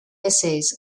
essays